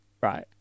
Right